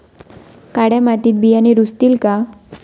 काळ्या मातीत बियाणे रुजतील का?